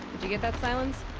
you get that, sylens?